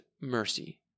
mercy